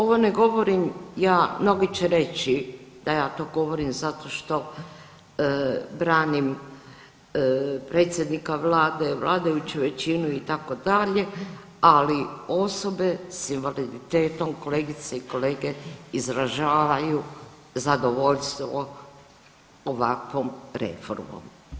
Ovo ne govorim ja, mnogi će reći da ja to govorim zato što branim predsjednika vlade, vladajuću većinu itd., ali osobe s invaliditetom kolegice i kolege izražavaju zadovoljstvo ovakvom reformom.